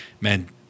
man –